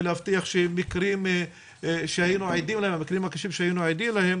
ולהבטיח שהמקרים הקשים שהיינו עדים להם